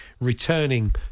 returning